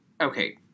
okay